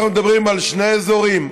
אנחנו מדברים על שני אזורים,